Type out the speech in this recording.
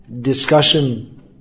discussion